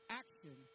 action